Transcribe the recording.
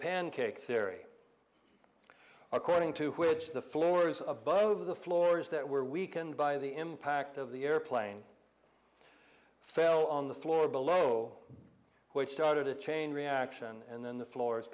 pancake theory according to which the floors above the floors that were weakened by the impact of the airplane fell on the floor below which started a chain reaction and then the floors